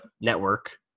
network